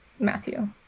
Matthew